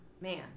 man